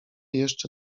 jeszcze